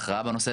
ההכרעה בנושא,